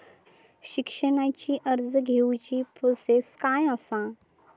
शिक्षणाची कर्ज घेऊची प्रोसेस काय असा?